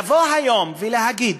לבוא היום ולהגיד